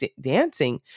dancing